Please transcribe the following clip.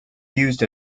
used